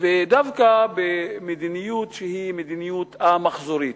ודווקא במדיניות שהיא מדיניות א-מחזורית,